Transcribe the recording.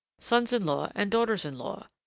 sons-in-law, and daughters-in-law.